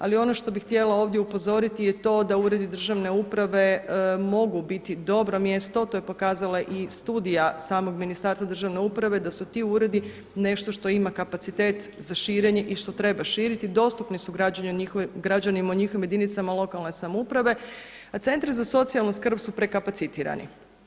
Ali ono što bih htjela ovdje upozoriti je to da uredi državne uprave mogu biti dobro mjesto, to je pokazala i studija samog Ministarstva državne uprave da su ti uredi nešto što ima kapacitet za širenje i što treba širiti, dostupni su građanima u njihovim jedinicama lokalne samouprave a centri za socijalnu skrb su prekapacitirani.